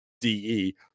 DE